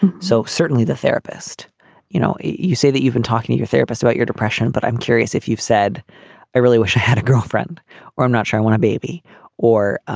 so certainly the therapist you know you say that you've been talking to your therapist about your depression but i'm curious if you've said i really wish i had a girlfriend or i'm not sure i want a baby or